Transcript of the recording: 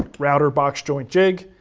ah router box joint jig.